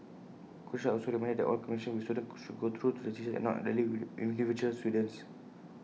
coaches are also reminded that all communication with students should go through the teachers and not directly with individual students